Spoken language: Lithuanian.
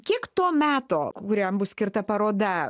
kiek to meto kuriam bus skirta paroda